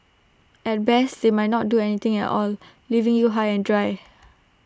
at best they might not do anything at all leaving you high and dry